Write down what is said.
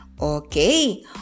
okay